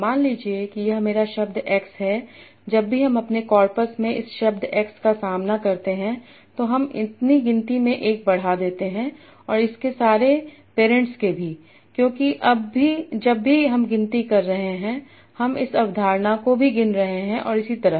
मान लीजिए कि यह मेरा शब्द x है जब भी हम अपने कॉर्पस में इस शब्द x का सामना करते हैं तो हम इतनी गिनती में एक बढ़ा देते हैं और इसके सारे पेरेंट्स के भी क्योंकि जब भी हम गिनती कर रहे हैं हम इस अवधारणा को भी गिन रहे हैं और इसी तरह